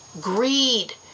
greed